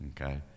okay